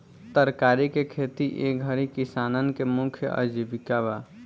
तरकारी के खेती ए घरी किसानन के मुख्य आजीविका बा